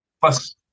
Plus